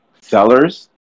sellers